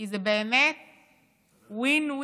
כי זה באמת win-win.